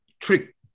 trick